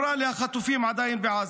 היא אמרה לי: החטופים עדיין בעזה.